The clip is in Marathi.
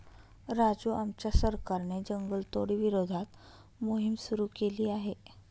राजू आमच्या सरकारने जंगलतोडी विरोधात मोहिम सुरू केली आहे